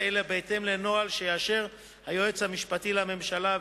אלא בהתאם לנוהל שיאשר היועץ המשפטי לממשלה,